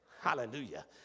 Hallelujah